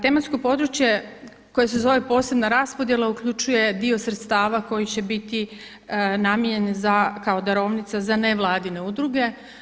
Tematsko područje koje se zove posebna raspodjela uključuje dio sredstava koji će biti namijenjen za kao darovnica za nevladine udruge.